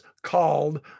called